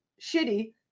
shitty